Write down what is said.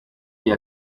iya